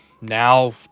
now